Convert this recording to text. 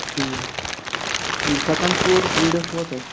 ٹھیٖک یہِ سیٚکینڈ فُلورُک ویٖڈیو چھُوا تۅہہِ